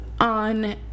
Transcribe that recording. on